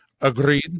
Agreed